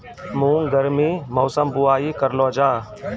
मूंग गर्मी मौसम बुवाई करलो जा?